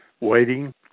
waiting